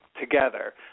together